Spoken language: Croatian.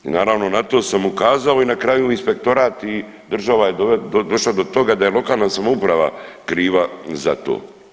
I naravno na to sam ukazao i na kraju inspektorat i država došla do toga da je lokalna samouprava kriva za to.